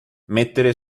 mettere